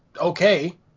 okay